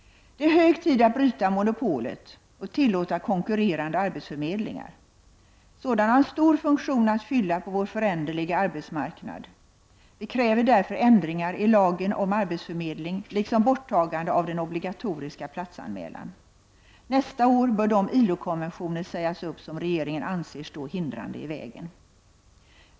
Det är hög tid att bryta monopolet och tillåta konkurrerande arbetsförmedlingar. Sådana har en stor funktion att fylla på vår föränderliga arbetsmarknad. Vi kräver därför ändringar i lagen om arbetsförmedling liksom borttagande av den obligatoriska platsanmälan. Nästa år bör de ILO-konventioner sägas upp som regeringen anser stå hindrande i vägen.